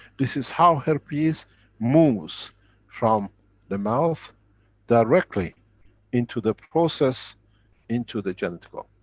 this is how herpes moves from the mouth directly into the process into the genital.